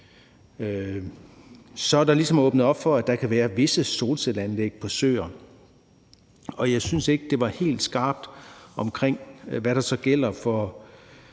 Så er der ligesom åbnet op for, at der kan være visse solcelleanlæg på søer. Jeg synes ikke, det her lovforslag er helt skarpt på, hvad der så gælder for